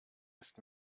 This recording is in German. ist